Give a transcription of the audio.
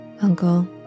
Uncle